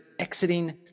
exiting